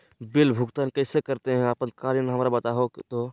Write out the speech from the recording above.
Bill भुगतान कैसे करते हैं आपातकालीन हमरा बताओ तो?